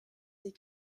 des